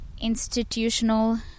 institutional